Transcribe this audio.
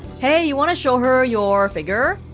hey, you wanna show her your figure?